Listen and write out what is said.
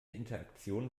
interaktion